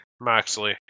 Moxley